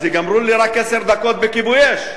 אז ייגמרו לי עשר דקות רק בכיבוי-אש.